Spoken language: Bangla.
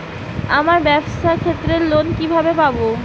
আমার ব্যবসার ক্ষেত্রে লোন কিভাবে পাব?